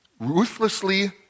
Ruthlessly